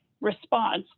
response